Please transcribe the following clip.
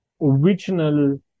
original